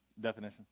definition